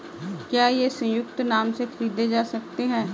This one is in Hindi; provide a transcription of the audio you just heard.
क्या ये संयुक्त नाम से खरीदे जा सकते हैं?